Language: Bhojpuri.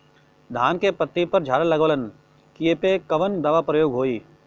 धान के पत्ती पर झाला लगववलन कियेपे कवन दवा प्रयोग होई?